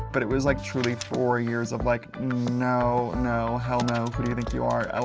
but, it was like truly four years of like no, no, hell no. who do you think you are?